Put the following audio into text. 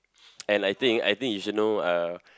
and I think I think you should know uh